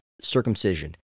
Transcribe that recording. circumcision